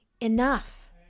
enough